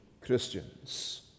Christians